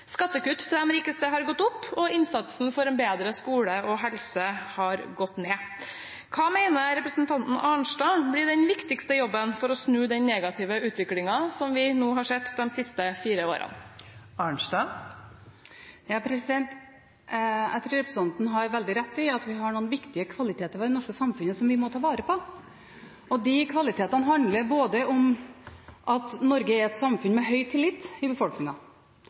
Skattekutt til de rikeste har gått opp, og innsatsen for en bedre skole og helse har gått ned. Hva mener representanten Arnstad blir den viktigste jobben for å snu den negative utviklingen som vi har sett de siste fire årene? Jeg tror representanten har veldig rett i at vi har noen viktige kvaliteter i det norske samfunnet som vi må ta vare på. De kvalitetene handler om at Norge er et samfunn med høy tillit i